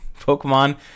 Pokemon